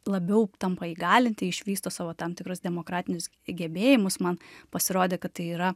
labiau tampa įgalinti išvysto savo tam tikrus demokratinius gebėjimus man pasirodė kad tai yra